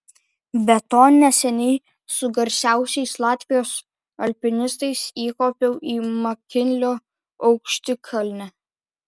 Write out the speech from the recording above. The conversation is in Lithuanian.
be to neseniai su garsiausiais latvijos alpinistais įkopiau į makinlio aukštikalnę